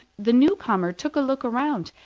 the newcomer took a look round,